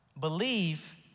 Believe